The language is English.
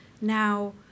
now